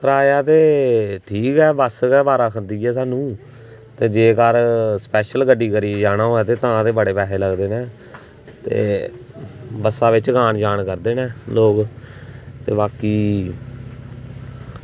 किराया ते ठीक ऐ बस्स गै बारा खंदी स्हानू ते जेकर स्पेशल गड्डी करी जाना होऐ ते तां बड़े पेसै लगदे न एह् बस्सा बिच गै आन जान करदे न लोग ते बाकी